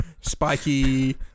spiky